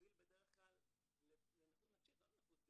מוביל בדרך כלל לנכות נפשית ולא לנכות פיזית.